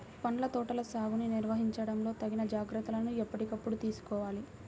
పండ్ల తోటల సాగుని నిర్వహించడంలో తగిన జాగ్రత్తలను ఎప్పటికప్పుడు తీసుకోవాలి